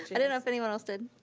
i didn't know if anyone else did.